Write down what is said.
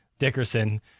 Dickerson